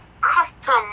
custom